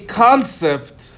concept